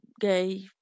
gay